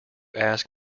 ask